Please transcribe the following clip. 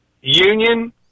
Union